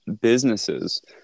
businesses